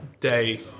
day